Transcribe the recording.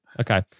okay